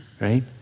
right